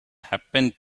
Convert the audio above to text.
happened